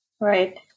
right